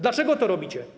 Dlaczego to robicie?